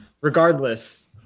regardless